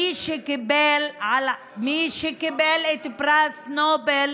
בן אדם שנלחם במדינת ישראל, מי שקיבל פרס נובל